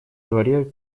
дворе